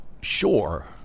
Sure